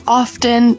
often